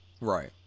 Right